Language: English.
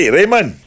Raymond